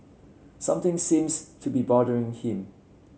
something seems to be bothering him